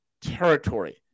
territory